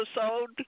episode